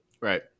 Right